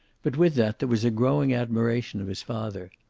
but with that there was a growing admiration of his father.